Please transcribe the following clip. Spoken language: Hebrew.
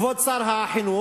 כבוד שר החינוך?